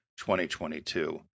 2022